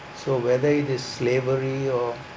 so whether it is slavery or